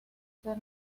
ser